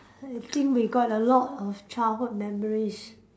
I think we got a lot of childhood memories